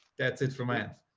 that's it for math